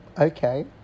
Okay